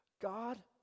God